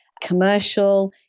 commercial